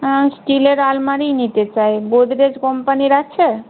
স্টিলের আলমারিই নিতে চাই গোদরেজ কোম্পানির আছে